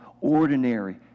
ordinary